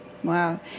Wow